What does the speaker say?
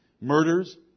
Murders